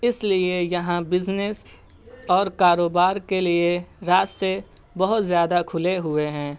اس لیے یہاں بزنس اور کاروبار کے لیے راستے بہت زیادہ کھلے ہوئے ہیں